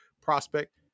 prospect